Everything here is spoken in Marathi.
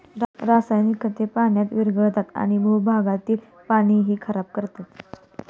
रासायनिक खते पाण्यात विरघळतात आणि भूगर्भातील पाणीही खराब करतात